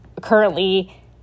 currently